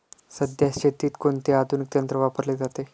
सध्या शेतीत कोणते आधुनिक तंत्र वापरले जाते?